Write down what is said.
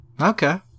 Okay